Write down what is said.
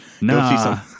no